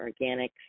Organics